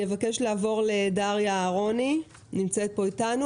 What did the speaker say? אני מבקשת לעבור לדריה אהרוני שנמצאת איתנו